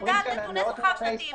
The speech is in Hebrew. מידע על נתוני השכר השנתיים,